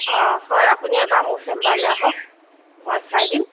অঁ হয় আপুনি এবাৰ মোৰ চেম্বাৰলৈ আহক মই চাই দিম